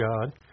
God